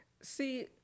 See